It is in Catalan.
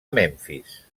memfis